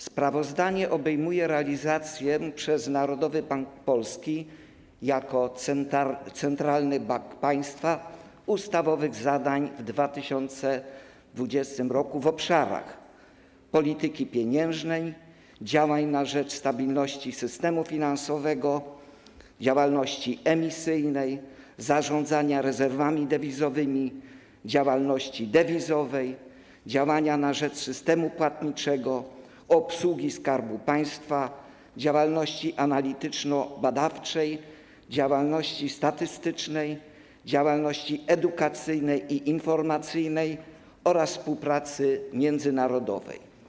Sprawozdanie obejmuje realizację przez Narodowy Bank Polski jako centralny bank państwa ustawowych zadań w 2020 r. w obszarach polityki pieniężnej, działań na rzecz stabilności systemu finansowego, działalności emisyjnej, zarządzania rezerwami dewizowymi, działalności dewizowej, działania na rzecz systemu płatniczego, obsługi Skarbu Państwa, działalności analityczno-badawczej, statystycznej, edukacyjnej i informacyjnej oraz współpracy międzynarodowej.